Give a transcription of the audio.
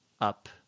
up